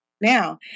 Now